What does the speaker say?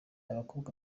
abakobwa